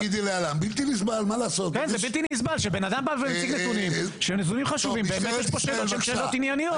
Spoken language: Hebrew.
את אומרת עכשיו שיש נתונים שניתחתם אותם בהערכות כאלה ואחרות.